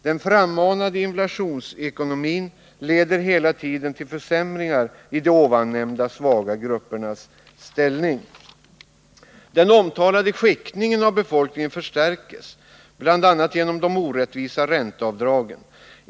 Den frammanade inflationsekonomin leder hela tiden till försämringar i de nämnda svaga gruppernas position. Den omtalade skiktningen av befolkningen förstärkes bl.a. genom de orättvisa ränteavdragen.